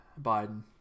Biden